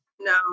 No